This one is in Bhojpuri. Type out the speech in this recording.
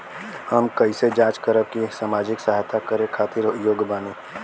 हम कइसे जांच करब की सामाजिक सहायता करे खातिर योग्य बानी?